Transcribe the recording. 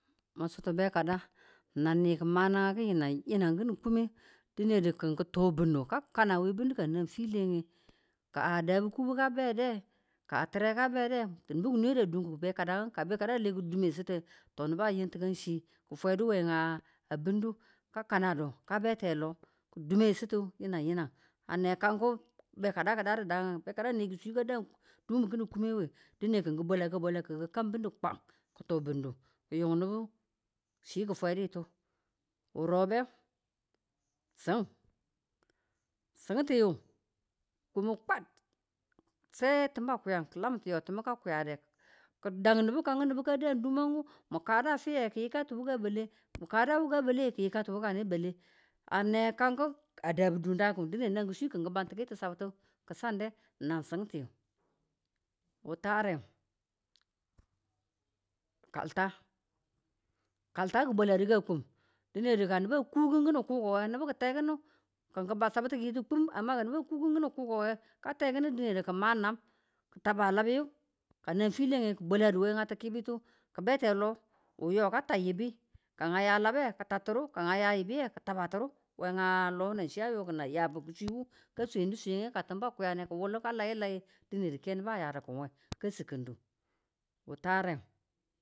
mu sutu be kada nan ni ki̱ ma nangu yinang yinang ki̱nin kume nge dinedu ki̱n ki̱ to bunu ka kanawe bunu kanan file ye. ka dakubu ka bede, ka ti̱re ka beda nubu ki̱ nwede a dumku be kada. ka bekada a le ki̱ dummade to nubu a yin ko ti̱kanchiye ki̱ fwedu we a bundu ka kanadu ka be te lo. ki̱ dume chitu yinang yinang a ne kanku be kada ki̱ daduda we be kade a ne kusi ka dan kume we dine ki̱n ki̱ bwala ka bwalaku kan bunu kwan. ki̱ to bunu ki̱ yun chiki̱ fweditu. wu robe cin, chiyintiyu kumu kwad se tumu a kuyan ki̱ yantiyu tumu ka kuyade ki̱ dan nubu kan dandumu mu kada a fiye ki̱ yikatu wuka bwale mu kada wuka bwale ki̱ yikatu wukane bale a ne kanku a dabu dum daku dine na kusi ki̱ ba tiki chabtu na chiyinti, wu tare kalta kalta ki̱ bwaladu ka kum dinedu ka nubu a ku ki̱nin kuko nge nubu ki̱ te ki̱n nu kin ki̱ ba chabtu kin kum dine ka nubu a ku ki̱nin kuko nge ka teki̱nu dine ki̱n ma nam ki̱ tama labiyu kanan file nge ki bwalde we ti̱kibitu ki̱ bete lo wuyo ka ta yibi ka a ya labe ki̱ tattunu ka a ya yibiyu ki̱ tabatunu we a lo nanchi ayo a yabu kusi wu ka swendu swe ka tun a kuya ka layu laye dine nubu a yabu ki̱n we